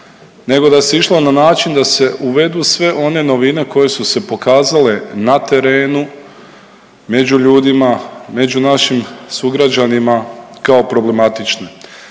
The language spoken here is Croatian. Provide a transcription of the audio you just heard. nego da se išlo na način da se uvedu sve one novine koje su se pokazale na terenu, među ljudima, među našim sugrađanima kao problematične.